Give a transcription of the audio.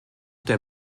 der